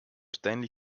stanley